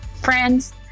Friends